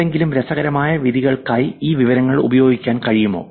എന്തെങ്കിലും രസകരമായ വിധികൾക്കായി ഈ വിവരങ്ങൾ ഉപയോഗിക്കാൻ കഴിയുമോ